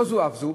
לא זו אף זו,